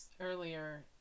earlier